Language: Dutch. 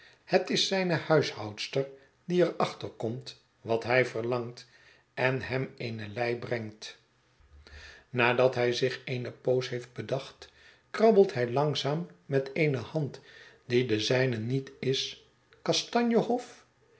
het is zijne huishoudster die er achter komt wat hij verlangt en hem eene lei brengt nadat hij zich eene poos heeft bedacht krabbelt hij langzaam met eene hand die de zijne niet is